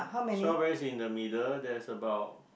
strawberries in the middle there's about